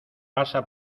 pasa